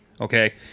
Okay